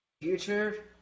future